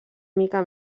mica